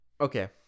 Okay